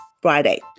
Friday